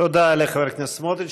תודה לחבר הכנסת סמוטריץ.